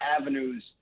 avenues